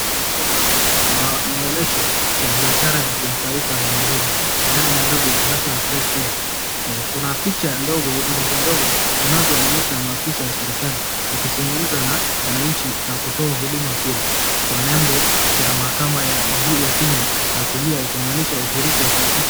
Kuna maonyesho ya biashara ya kitaifa ya Nairobi yaani Nairobi International Trade Fair kuna picha ndogo ndogo zinazoonyesha maafisa ya serikali wakizungumza na wanaanchi na kutoa huduma pia kwa neembo ya mahakama ya juu kenya kulia ikimaanisha ushirika wa taasisi.